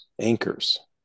anchors